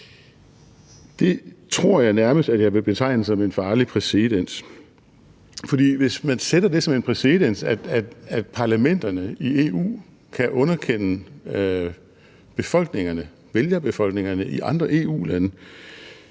Det tror jeg nærmest at jeg vil betegne som en farlig præcedens. For hvis man sætter det som en præcedens, at parlamenterne i EU kan underkende vælgerbefolkningerne i andre EU-lande,